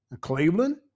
Cleveland